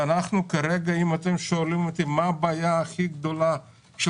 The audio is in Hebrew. אם אתם שואלים אותי מה הבעיה הכי גדולה של